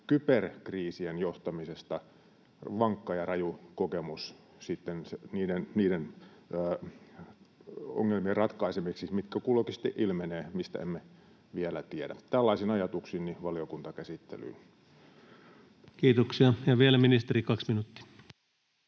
kyberkriisien johtamisesta vankka ja raju kokemus niiden ongelmien ratkaisemiseksi, mitkä kulloinkin ilmenevät ja mistä emme vielä tiedä. Tällaisin ajatuksin valiokuntakäsittelyyn. Puolitoista sekuntia. Kiitoksia. — Ja vielä ministeri, 2 minuuttia.